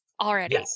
already